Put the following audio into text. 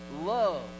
love